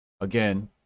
Again